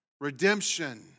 redemption